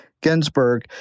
Ginsburg